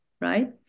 Right